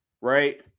right